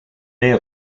est